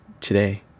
today